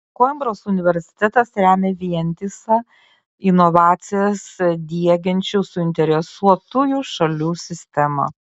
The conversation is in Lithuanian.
koimbros universitetas remia vientisą inovacijas diegiančių suinteresuotųjų šalių sistemą